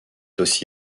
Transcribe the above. aussi